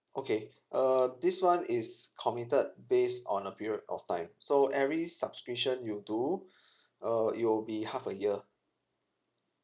okay uh this [one] is committed based on a period of time so every subscription you do uh it will be half a year